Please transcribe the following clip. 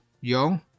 Young